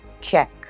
check